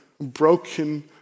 broken